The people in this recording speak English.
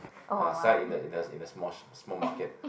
ah sign in the in the in the small small market